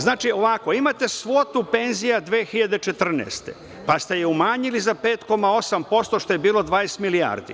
Znači, imate svotu penzija 2014. godine pa ste je umanjili za 5,8%, što je bilo 20 milijardi.